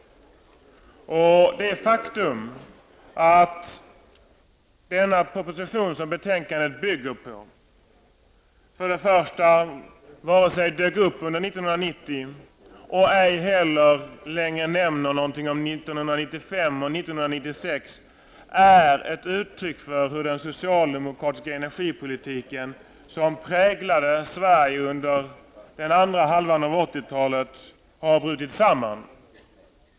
Det faktum att den proposition betänkandet bygger på varken dök upp under 1990 och ej heller längre nämner någonting om 1995/96 är ett uttryck för att den socialdemokratiska energipolitiken, som präglade Sverige under andra halvan av 1980-talet har brutit samman.